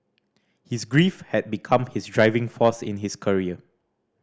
his grief had become his driving force in his career